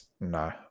no